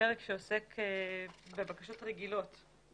לפרק שעוסק בבקשות רגילות.